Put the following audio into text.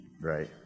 Right